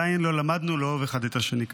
עדיין לא למדנו לאהוב אחד את השני כאן.